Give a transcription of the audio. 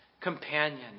companion